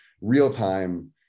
real-time